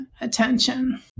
attention